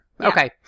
okay